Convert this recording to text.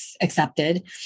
accepted